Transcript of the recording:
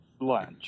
lunch